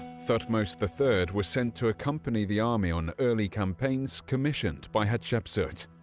thutmose the third was sent to accompany the army on early campaigns commissioned by hatshepsut,